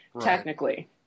technically